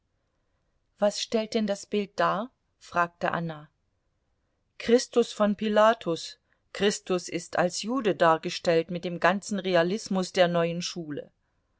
was stellt denn das bild dar fragte anna christus vor pilatus christus ist als jude dargestellt mit dem ganzen realismus der neuen schule